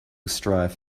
strife